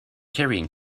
carrying